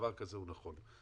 דבר כזה הוא נכון.